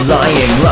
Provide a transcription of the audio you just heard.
lying